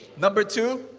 number two,